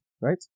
right